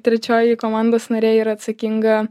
trečioji komandos narė yra atsakinga